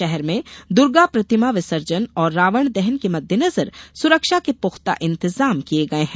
शहर में दुर्गा प्रतिमा विसर्जन और रावण दहन के मद्देनजर सुरक्षा के पूख्ता इंतजाम किये गये हैं